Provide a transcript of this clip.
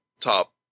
top